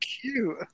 cute